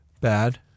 bad